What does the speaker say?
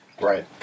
Right